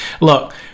Look